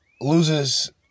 Loses